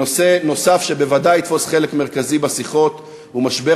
נושא נוסף שבוודאי יתפוס חלק מרכזי בשיחות הוא משבר